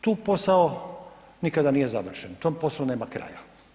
Tu posao nikada nije završen, tom poslu nema kraja.